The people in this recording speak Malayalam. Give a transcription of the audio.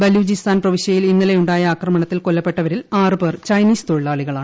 ബലൂചിസ്ഥാൻ പ്രവിശ്യയിൽ ഇന്നലെയുണ്ടായ ആക്രമണത്തിൽ കൊല്ലപ്പെട്ടവരിൽ ആറ് പേർ ചൈനീസ് തൊഴിലാളികളാണ്